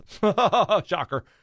shocker